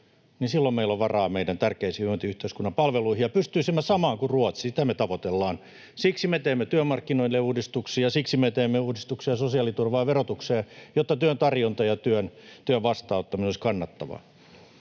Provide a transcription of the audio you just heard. enemmän, meillä on varaa meidän tärkeisiin hyvinvointiyhteiskunnan palveluihin ja pystyisimme samaan kuin Ruotsi. Sitä me tavoitellaan. Siksi me teemme työmarkkinoille uudistuksia, ja siksi me teemme uudistuksia sosiaaliturvaan ja verotukseen, jotta työn tarjoaminen ja työn vastaanottaminen olisi kannattavaa.